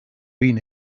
been